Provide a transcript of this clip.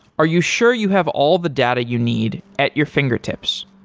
are you sure you have all the data you need at your fingertips?